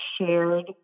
shared